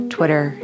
Twitter